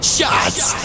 Shots